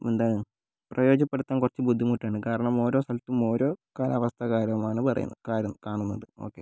എന്താണ് പ്രയോജനപ്പെടുത്താൻ കുറച്ച് ബുദ്ധിമുട്ടുണ്ട് കാരണം ഓരോ സ്ഥലത്തും ഓരോ കാലാവസ്ഥ കാരണമാണ് പറയുന്നത് കാരണം കാണുന്നത് ഓക്കെ